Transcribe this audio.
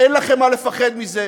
אין לכם מה לפחד מזה.